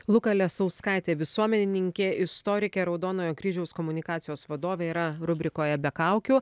luka lesauskaitė visuomenininkė istorikė raudonojo kryžiaus komunikacijos vadovė yra rubrikoje be kaukių